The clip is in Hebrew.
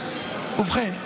לכן,